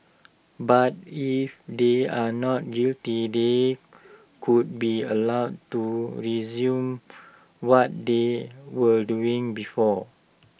but if they are not guilty they could be allowed to resume what they were doing before